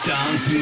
Dance